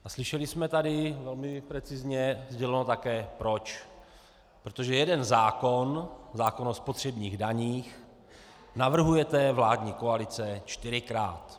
A slyšeli jsme tady velmi precizně sděleno také proč protože jeden zákon, zákon spotřebních daních, navrhujete, vládní koalice, čtyřikrát.